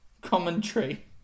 commentary